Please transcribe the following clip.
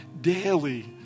daily